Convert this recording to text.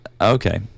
okay